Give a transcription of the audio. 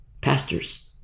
Pastors